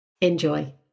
Enjoy